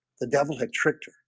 the devil had tricked her